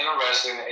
interesting